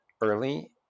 early